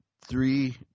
Three